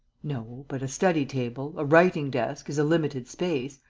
no. but a study-table, a writing-desk, is a limited space.